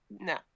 no